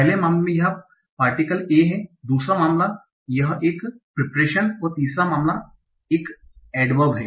पहले मामले में यह पार्टिकल a है दूसरा मामला यह एक प्रिप्रेरेशन और तीसरा मामला में यह एडवर्ब है